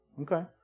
Okay